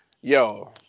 Yo